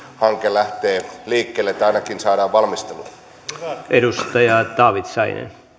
hanke lähtee liikkeelle tai ainakin saadaan valmisteluun